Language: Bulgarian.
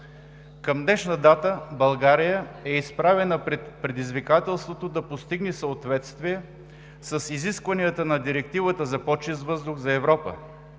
Към днешна дата България е изправена пред предизвикателството да постигне съответствие с изискванията на Директивата за по-чист въздух за Европа.